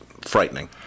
frightening